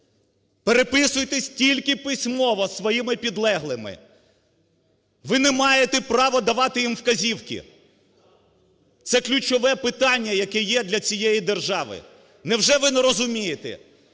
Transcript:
переписуйтеся тільки письмово із своїми підлеглими. Ви не маєте право давати їм вказівки – це ключове питання, яке є для цієї держави. Невже ми не розумієте,